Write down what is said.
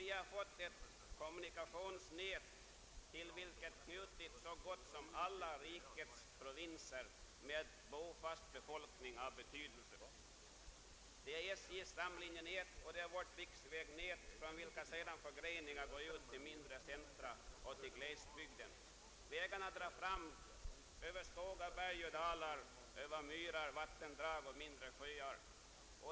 Vi har fått ett kommunikationsnät till vilket knutits så gott som alla rikets provinser med bofast befolkning, genom SJ:s stamlinjenät och vårt riksvägnät från vilka sedan förgreningar går ut till mindre centra och till glesbygden. Vägarna drar fram över skogar, berg och dalar, över myrar, vattendrag och mindre sjöar.